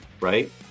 Right